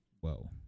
Whoa